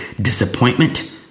disappointment